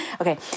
Okay